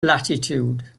latitude